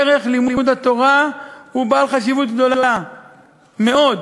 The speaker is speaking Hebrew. ערך לימוד התורה הוא בעל חשיבות גדולה מאוד,